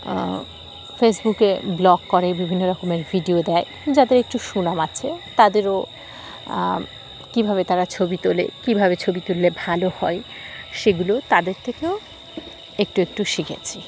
ফেসবুকে ব্লগ করে বিভিন্ন রকমের ভিডিও দেয় যাদের একটু সুনাম আছে তাদেরও কীভাবে তারা ছবি তোলে কীভাবে ছবি তুললে ভালো হয় সেগুলো তাদের থেকেও একটু একটু শিখেছি